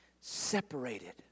separated